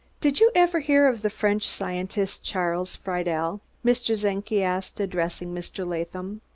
did you ever hear of the french scientist, charles friedel? mr. czenki asked, addressing mr. latham.